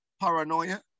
paranoia